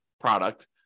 product